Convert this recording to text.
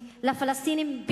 לפלסטינים,